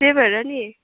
त्यही भएर नि